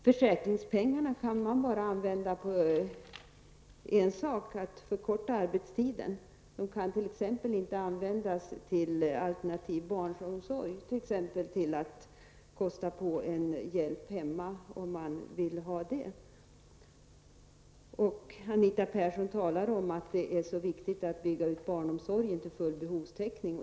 Försäkringspengarna kan bara användas för att förkorta arbetstiden. De kan inte användas för alternativ barnomsorg, t.ex. för att kosta på en hjälp hemma, om man skulle vilja ha det. Anita Persson talar om att det är så viktigt att bygga ut barnomsorgen till full behovstäckning.